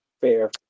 fair